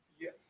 Yes